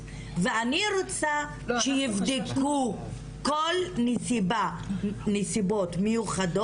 ואני רוצה שיבדקו את כל הנסיבות המיוחדות,